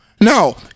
No